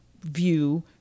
view